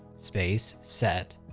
space, set,